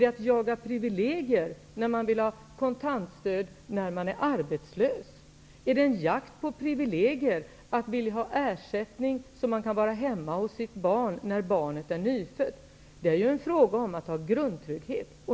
Jagar man privilegier när man vill ha kontantstöd vid arbetslöshet? Jagar man privilegier när man vill ha ersättning för vård av sitt nyfödda barn? Det är ju en fråga om grundtrygghet.